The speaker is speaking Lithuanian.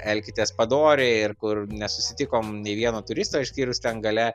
elkitės padoriai ir kur nesusitikom nei vieno turisto išskyrus ten gale